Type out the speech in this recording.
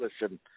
Listen